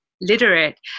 literate